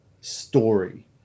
story